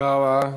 תודה רבה,